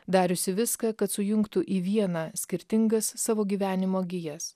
dariusi viską kad sujungtų į vieną skirtingas savo gyvenimo gijas